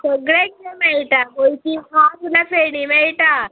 सगळें कितें मेळटा गोंयची खास फेणी मेळटा